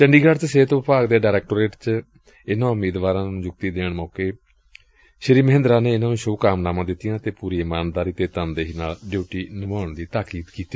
ਚੰਡੀਗੜ ਚ ਸਿਹਤ ਵਿਭਾਗ ਦੇ ਡਾਇਰੈਕੋਰੇਟ ਚ ਇਨਾਂ ਉਮੀਦਵਾਰਾ ਨੂੰ ਨਿਯੁਕਤੀ ਪੱਤਰ ਦੇਣ ਮੌਕੇ ਸ੍ਰੀ ਮਹਿੰਦਰਾ ਨੇ ਇਨ੍ਹਾ ਨੂੰ ਸ਼ੁਭ ਕਾਮਨਾਵਾਂ ਦਿੱਤੀਆਂ ਅਤੇ ਂਪੂਰੀ ਇਮਾਨਦਾਰੀ ਤੇ ਤਨਦੇਹੀ ਨਾਲ ਡਿਊਟੀ ਨਿਭਾਉਣ ਦੀ ਤਾਕੀਦ ਕੀਤੀ